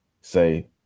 say